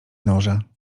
norze